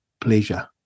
pleasure